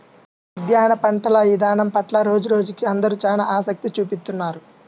ఉద్యాన పంటల ఇదానం పట్ల రోజురోజుకీ అందరూ చానా ఆసక్తి చూపిత్తున్నారు